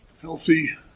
Healthy